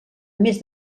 més